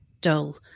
dull